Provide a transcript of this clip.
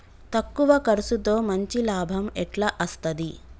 తక్కువ కర్సుతో మంచి లాభం ఎట్ల అస్తది?